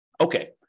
Okay